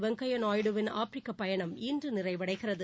வெங்கையா நாயுடுவின் ஆப்பிரிக்க பயணம் இன்று நிறைவடைகிறது